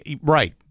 right